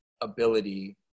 ability